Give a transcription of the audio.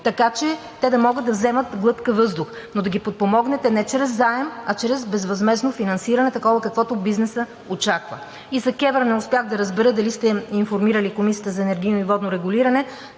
така че те да могат да вземат глътка въздух? Но да ги подпомогнете не чрез заем, а чрез безвъзмездно финансиране – такова, каквото бизнесът очаква. И за КЕВР не успях да разбера дали сте информирали Комисията за енергийно и водно регулиране,